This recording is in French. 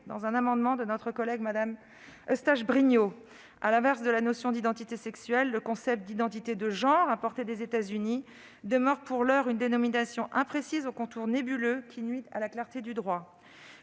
d'un amendement, par notre collègue Jacqueline Eustache-Brinio. À l'inverse de la notion d'identité sexuelle, le concept d'identité de genre importé des États-Unis demeure, pour l'heure, une dénomination imprécise, aux contours nébuleux, qui nuit à la clarté du droit.